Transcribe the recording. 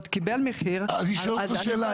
קיבל מחיר --- אני שואל אותך שאלה.